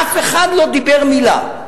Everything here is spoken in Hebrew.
אף אחד לא דיבר מלה.